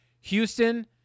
Houston